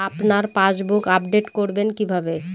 আপনার passbook update করবেন কিভাবে?